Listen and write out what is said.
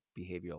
behavioral